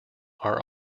are